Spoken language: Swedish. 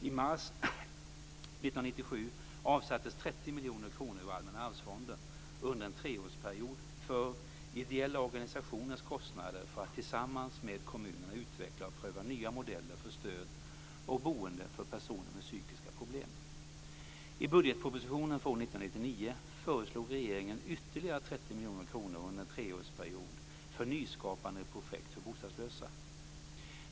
I mars 1997 avsattes 30 miljoner kronor ur Allmänna arvsfonden under en treårsperiod för ideella organisationers kostnader för att tillsammans med kommuner utveckla och pröva nya modeller för stöd och boende för personer med psykiska problem. I budgetpropositionen för år 1999 föreslog regeringen ytterligare 30 miljoner kronor under en treårsperiod till nyskapande projekt för bostadslösa.